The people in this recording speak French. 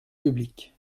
public